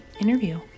interview